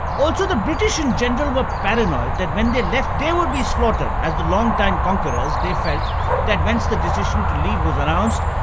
also the british in general were paranoid that when they left, they would be slaughtered as the long-time conquerors, they felt that once the decision to leave was announced,